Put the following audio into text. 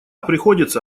приходится